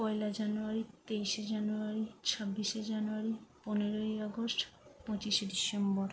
পয়লা January তেইশে January ছাব্বিশে January পনেরোই আগস্ট পঁচিশে ডিসেম্বর